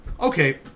okay